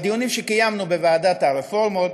בדיונים שקיימנו בוועדת הרפורמות,